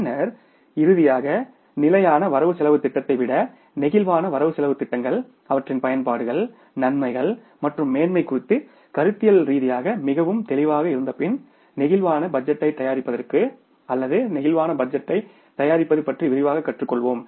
பின்னர் இறுதியாக நிலையான வரவு செலவுத் திட்டத்தை விட நெகிழ்வான வரவு செலவுத் திட்டங்கள் அவற்றின் பயன்பாடுகள் நன்மைகள் மற்றும் மேன்மை குறித்து கருத்தியல் ரீதியாக மிகவும் தெளிவாக இருந்தபின் பிளேக்சிபிள் பட்ஜெட்டைத் தயாரிப்பதற்கு அல்லது பிளேக்சிபிள் பட்ஜெட்டைத் தயாரிப்பது பற்றி விரிவாகக் கற்றுக் கொள்வோம்